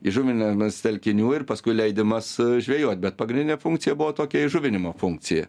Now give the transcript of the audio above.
įžuvinimas telkinių ir paskui leidimas žvejot bet pagrindinė funkcija buvo tokia įžuvinimo funkcija